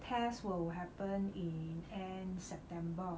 test will happen in end september